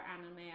anime